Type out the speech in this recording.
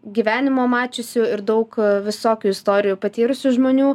gyvenimo mačiusių ir daug visokių istorijų patyrusių žmonių